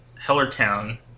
Hellertown